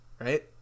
right